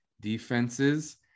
defenses